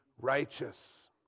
righteous